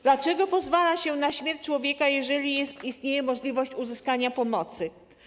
Dlaczego pozwala się na śmierć człowieka, jeżeli istnieje możliwość uzyskania pomocy?